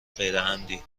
غیرعمدی